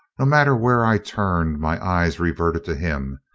no matter where i turned, my eyes reverted to him,